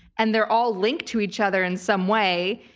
and they're all linked to each other in some way.